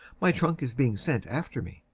my trunk is being sent after me.